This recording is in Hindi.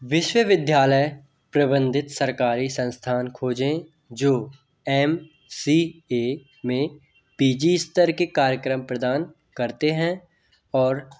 विश्वविद्यालय प्रबंधित सरकारी संस्थान खोजें जो एम सी ए में पी जी स्तर के कार्यक्रम प्रदान करते हैं और